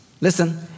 Listen